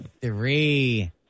Three